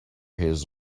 his